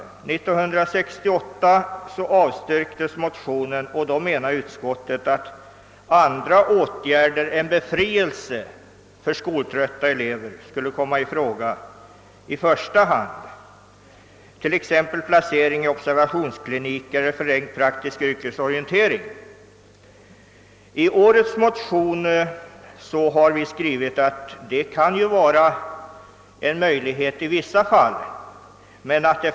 År 1968 avstyrkte utskottet motionen med motiveringen att andra åtgärder än befrielse för skoltrötta elever i första hand skulle komma i fråga t.ex. placering i observationsklinik eller förlängd praktisk yrkesorientering. I årets motionspar har vi skrivit att sådan placering kan vara en utväg i vissa fall.